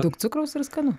daug cukraus ar skanu